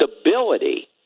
stability